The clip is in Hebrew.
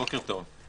בוקר טוב.